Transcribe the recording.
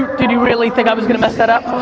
did you really think i was gonna mess that up?